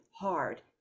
hard